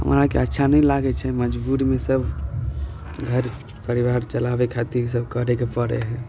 हमराके अच्छा नहि लागै छै मजबूरमे सब घर परिवार चलाबै खातिर ईसब करयके पड़ै हइ